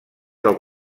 del